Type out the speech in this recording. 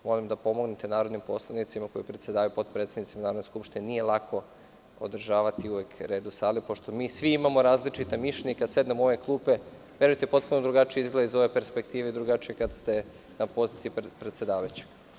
Molim da pomognete narodnim poslanicima koji predsedavaju, potpredsednicima Narodne skupštine, jer nije lako uvek održavati red u sali, pošto mi svi imamo različita mišljenja i kada sednemo u ove klupe, verujte, potpuno drugačije izgleda iz ove perspektive, a drugačije kada ste na poziciji predsedavajućeg.